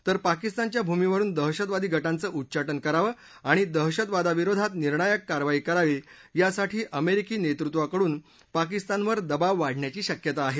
तर पाकिस्तानच्या भूमीवरून दहशतवादी गावं उच्चा ज करावं आणि दहशतवादाविरोधात निर्णायक कारवाई करावी यासाठी अमेरिकी नेतृत्वाकडून पाकिस्तानवर दबाव वाढण्याची शक्यता आहे